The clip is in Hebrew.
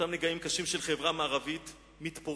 אותם נגעים קשים של חברה מערבית מתפוררת,